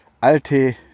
alte